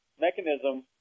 mechanism